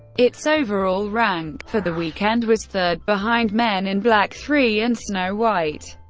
its overall rank for the weekend was third behind men in black three and snow white